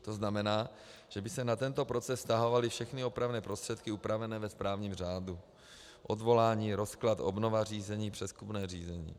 To znamená, že by se na tento proces vztahovaly všechny opravné prostředky upravené ve správním řádu: odvolání, rozklad, obnova řízení, přezkumné řízení.